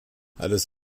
alles